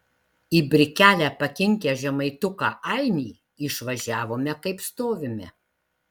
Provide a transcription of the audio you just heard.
į brikelę pakinkę žemaituką ainį išvažiavome kaip stovime